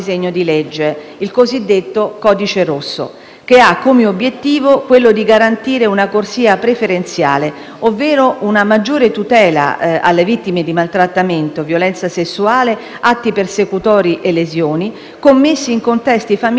che ha come obiettivo quello di garantire una corsia preferenziale, ovvero una maggiore tutela alle vittime di maltrattamento e violenza sessuale, atti persecutori e lesioni commessi in contesti familiari o nell'ambito di relazioni di convivenza,